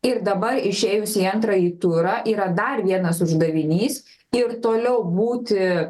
ir dabar išėjus į antrąjį turą yra dar vienas uždavinys ir toliau būti